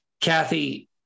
Kathy